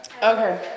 Okay